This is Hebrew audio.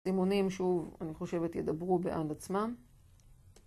זימונים שוב אני חושבת ידברו בעד עצמם.